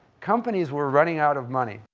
companies were running out of money,